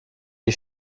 die